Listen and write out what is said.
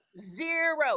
zero